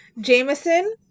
Jameson